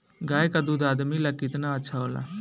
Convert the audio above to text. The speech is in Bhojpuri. गाय का दूध आदमी ला कितना अच्छा होला?